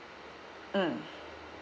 mm